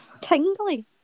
Tingly